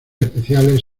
especiales